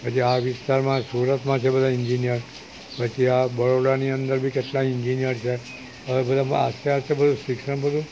પછી આ વિસ્તારમાં સુરતમાં છે બધા ઇન્જીન્યર પછી આ બરોડાની અંદર બી કેટલા ઇન્જીન્યર છે હવે બધા આસ્તે આસ્તે બધુ શિક્ષણ બધુ